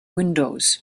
windows